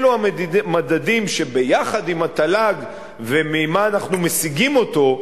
ואלה המדדים שיחד עם התל"ג וממה אנחנו משיגים אותו,